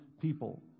people